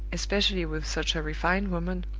especially with such a refined woman,